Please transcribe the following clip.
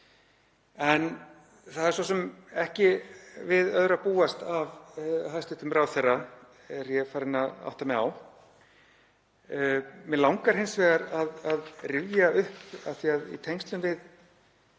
En það er svo sem ekki við öðru að búast af hæstv. ráðherra er ég farinn að átta mig á. Mig langar hins vegar að rifja það upp að í tengslum við